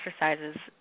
exercises